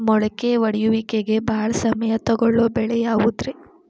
ಮೊಳಕೆ ಒಡೆಯುವಿಕೆಗೆ ಭಾಳ ಸಮಯ ತೊಗೊಳ್ಳೋ ಬೆಳೆ ಯಾವುದ್ರೇ?